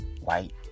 white